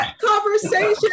conversation